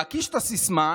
להקיש את הסיסמה,